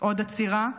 עוד עצירה.